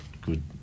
good